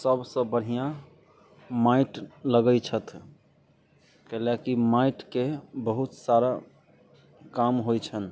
सभसँ बढ़िआँ माटि लगैत छथि कइले कि माटिके बहुत सारा काम होइत छनि